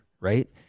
right